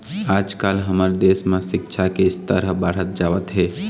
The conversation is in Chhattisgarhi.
आजकाल हमर देश म सिक्छा के स्तर ह बाढ़त जावत हे